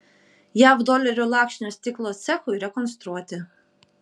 jav dolerių lakštinio stiklo cechui rekonstruoti